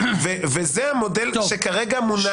וזה המודל שכרגע מונח.